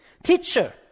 Teacher